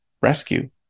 rescue